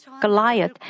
Goliath